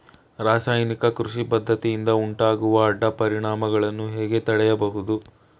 ರಾಸಾಯನಿಕ ಕೃಷಿ ಪದ್ದತಿಯಿಂದ ಉಂಟಾಗುವ ಅಡ್ಡ ಪರಿಣಾಮಗಳನ್ನು ಹೇಗೆ ತಡೆಯಬಹುದು?